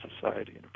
society